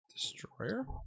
Destroyer